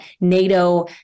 NATO